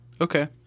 Okay